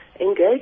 Engage